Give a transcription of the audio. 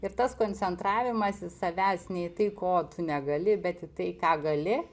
ir tas koncentravimasis savęs ne į tai ko tu negali bet į tai ką gali